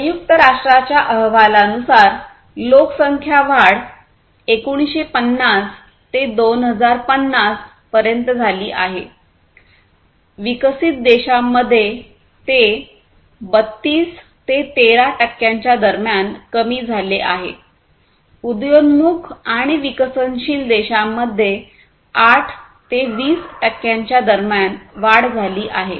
संयुक्त राष्ट्रांच्या अहवालानुसार लोकसंख्या वाढ 1950 ते 2050 पर्यंत झाली आहे विकसित देशांमध्ये ते 32 ते 13 टक्क्यांच्या दरम्यान कमी झाले आहे उद्योन्मुख आणि विकसनशील देशांमध्ये 8 ते 20 टक्क्यांच्या दरम्यान वाढ झाली आहे